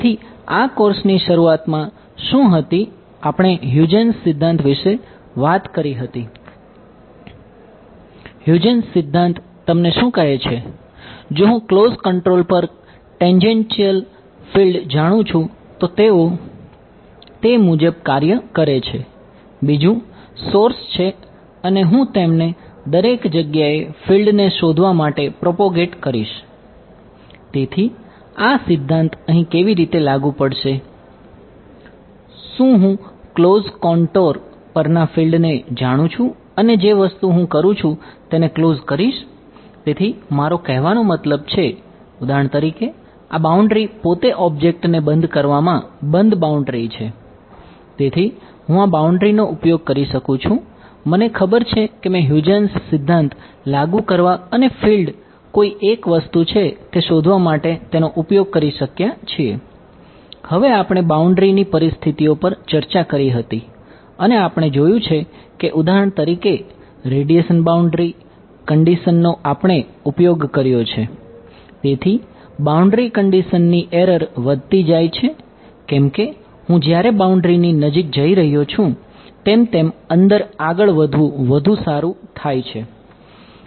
તેથી આ સિદ્ધાંત લાગુ કરવા અને ફિલ્ડ કોઈ એક વસ્તુ છે તે શોધવા માટે તેનો ઉપયોગ કરી શક્યા છીએ